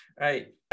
right